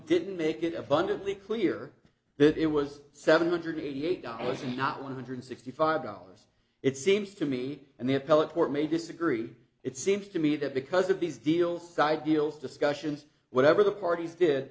didn't make it abundantly clear that it was seven hundred eighty eight dollars and not one hundred sixty five dollars it seems to me and the appellate court may disagree it seems to me that because of these deals side deals discussions whatever the parties did